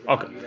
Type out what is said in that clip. Okay